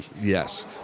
Yes